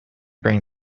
bring